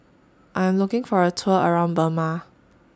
I Am looking For A Tour around Burma